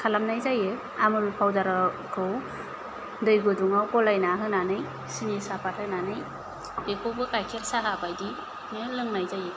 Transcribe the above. खालामनाय जायो आमुल पावदारखौ दै गुदुङाव गलायना होनानै सिनि सापात होनानै बेखौबो गाइखेर साहा बायदिनो लोंनाय जायो